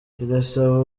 irasaba